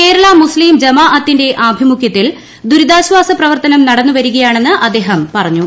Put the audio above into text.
കേരള മുസ്തിം ജമാ അത്തിന്റെ ആഭിമുഖ്യത്തിൽ ദുരിതാശ്വാസ പ്രവർത്തനം നടന്നുവരികയാണെന്ന് അദ്ദേഹം പറഞ്ഞു